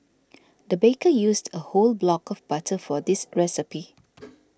the baker used a whole block of butter for this recipe